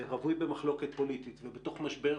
ורווי במחלוקת פוליטית ובתוך משבר